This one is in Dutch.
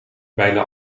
bijna